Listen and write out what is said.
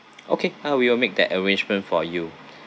okay how we will make that arrangement for you